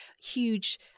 huge